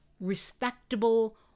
respectable